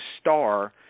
star